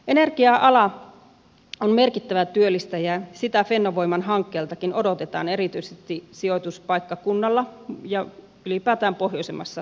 energia ala on merkittävä työllistäjä ja sitä fennovoiman hankkeeltakin odotetaan erityisesti sijoituspaikkakunnalla ja ylipäätään pohjoisemmassa suomessa